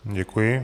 Děkuji.